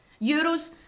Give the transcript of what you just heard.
Euros